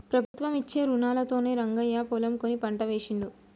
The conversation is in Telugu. ప్రభుత్వం ఇచ్చే రుణాలతోనే రంగయ్య పొలం కొని పంట వేశిండు